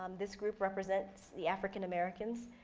um this group represents the african americans.